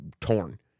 torn